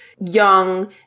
young